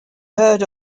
heard